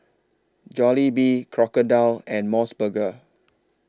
Jollibee Crocodile and Mos Burger